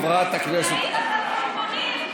ראית את הסרטונים?